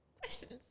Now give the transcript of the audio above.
questions